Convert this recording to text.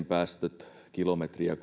päästöt polttoaineena kilometriä